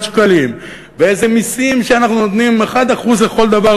שקלים ואיזה מסים שאנחנו נותנים 1% לכל דבר,